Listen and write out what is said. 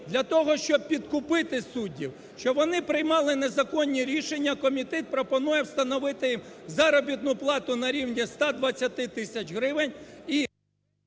для того, щоб підкупити суддів, щоб вони приймали незаконні рішення, комітет пропонує встановити заробітну плату на рівні 120 тисяч гривень…